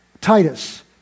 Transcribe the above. Titus